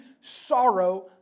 sorrow